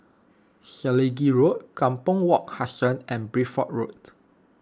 Selegie Road Kampong Wak Hassan and Bideford Road